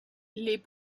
les